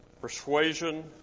persuasion